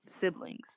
Siblings